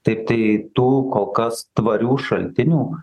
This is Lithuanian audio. taip tai tų kol kas tvarių šaltinių